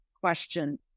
question